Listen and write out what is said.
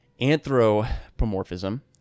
Anthropomorphism